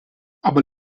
aber